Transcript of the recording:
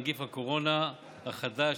נגיף הקורונה החדש),